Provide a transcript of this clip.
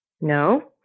No